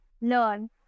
learn